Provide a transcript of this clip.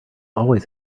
always